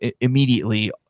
immediately